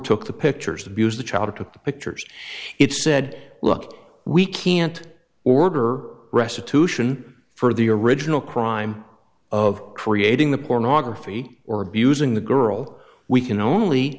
took the pictures abuse the child to pick it said look we can't order restitution for the original crime of creating the pornography or abusing the girl we can only